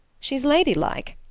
she's ladylike.